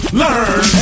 learn